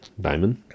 Diamond